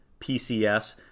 PCS